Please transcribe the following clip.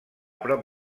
prop